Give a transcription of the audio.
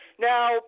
Now